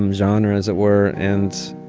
um genre as it were. and